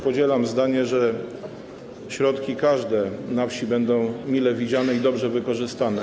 Podzielam zdanie, że każde środki na wsi będą mile widziane i dobrze wykorzystane.